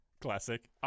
Classic